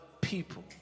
people